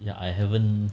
yeah I haven't